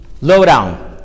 lowdown